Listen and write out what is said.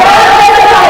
חבר הכנסת טלב אלסאנע.